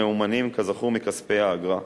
הממומנים כזכור מכספי האגרה,